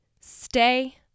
stay